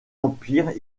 empire